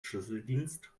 schlüsseldienst